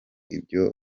ibyo